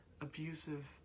abusive